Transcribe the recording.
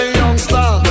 youngster